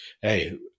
hey